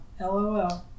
LOL